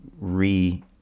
re